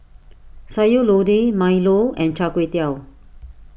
Sayur Lodeh Milo and Char Kway Teow